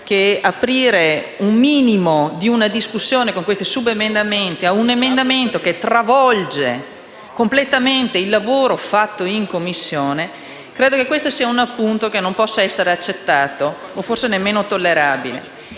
aprire un minimo di discussione su questi subemendamenti a un emendamento che travolge completamente il lavoro fatto in Commissione. Credo che questo sia un appunto che non possa essere accettato o forse nemmeno tollerato.